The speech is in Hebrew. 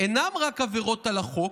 אינם רק עבירות על החוק.